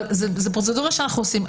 אבל זאת פרוצדורה שאנחנו עושים.